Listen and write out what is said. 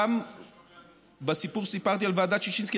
גם בסיפור שסיפרתי על ועדת ששינסקי,